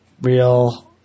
real